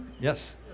Yes